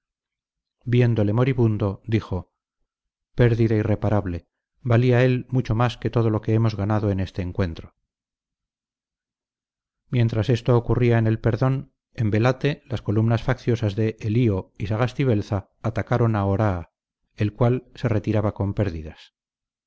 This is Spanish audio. viéndole moribundo dijo pérdida irreparable valía él mucho más que todo lo que hemos ganado en este encuentro mientras esto ocurría en el perdón en velate las columnas facciosas de elío y sagastibelza atacaban a oraa el cual se retiraba con pérdidas